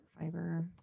fiber